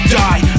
die